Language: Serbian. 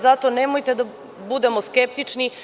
Zato nemojte da budemo skeptični.